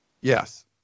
Yes